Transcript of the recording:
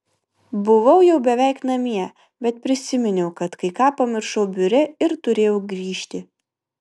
buvau jau beveik namie bet prisiminiau kad kai ką pamiršau biure ir turėjau grįžti